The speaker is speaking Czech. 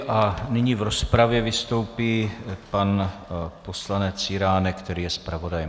A nyní v rozpravě vystoupí pan poslanec Jiránek, který je zpravodajem.